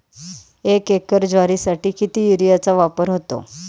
एक एकर ज्वारीसाठी किती युरियाचा वापर होतो?